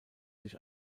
sich